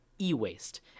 e-waste